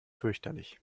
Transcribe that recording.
fürchterlich